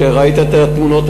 וראית את התמונות,